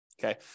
Okay